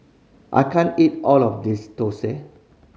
I can't eat all of this thosai